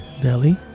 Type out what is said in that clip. Delhi